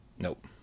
nope